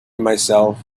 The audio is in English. myself